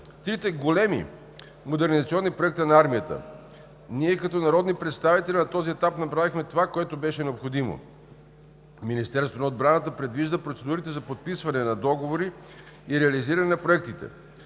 трите големи модернизационни проекта на армията. Ние като народни представители на този етап направихме това, което беше необходимо. Министерството на отбраната придвижва процедурите за подписване на договори и реализиране на проектите: